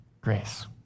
grace